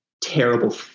terrible